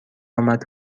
آمد